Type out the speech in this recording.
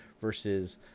versus